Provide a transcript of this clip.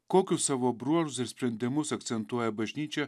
kokius savo bruožus ir sprendimus akcentuoja bažnyčia